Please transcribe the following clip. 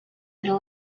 their